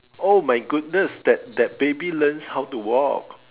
oh my goodness that that baby learns how to walk